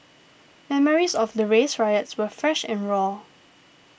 memories of the race riots were fresh and raw